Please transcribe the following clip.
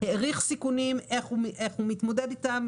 העריך סיכונים איך הוא מתמודד איתם.